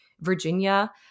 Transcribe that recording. Virginia